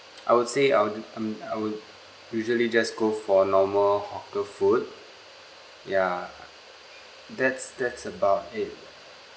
I would say I would um I would usually just go for a normal hawker food ya that's that's about it